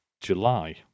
July